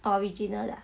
original 的 ah